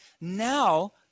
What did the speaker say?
now